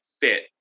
fit